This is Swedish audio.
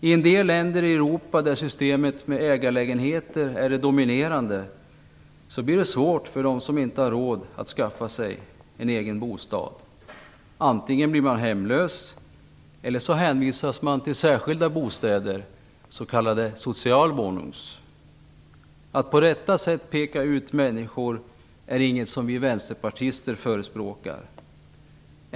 I en del länder i Europa där systemet med ägarlägenheter är det dominerande blir det svårt för dem som inte har råd att skaffa sig en egen bostad. Antingen blir man hemlös, eller så hänvisas man till särskilda bostäder, s.k. Sozialwohnungs. Att på detta sätt peka ut människor är inget som vi vänsterpartister förespråkar.